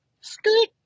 Scoot